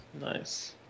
Nice